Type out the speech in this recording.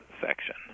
section